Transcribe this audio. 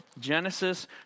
Genesis